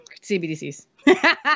CBDCs